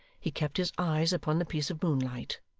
he kept his eyes upon the piece of moonlight.